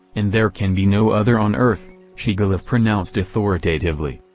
and there can be no other on earth, shigalov pronounced authoritatively.